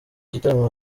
gitaramo